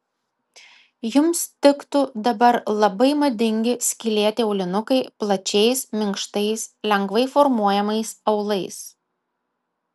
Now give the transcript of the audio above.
jums tiktų dabar labai madingi skylėti aulinukai plačiais minkštais lengvai formuojamais aulais